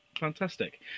fantastic